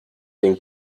den